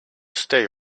stay